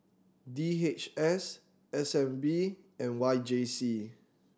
D H S S N B and Y J C